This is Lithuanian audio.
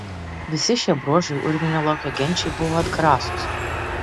visi šie bruožai urvinio lokio genčiai buvo atgrasūs